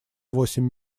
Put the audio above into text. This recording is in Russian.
восемь